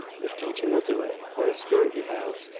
if teaching will do it. what a spirit he has!